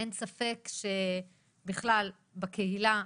אין ספק שבכלל בקהילה,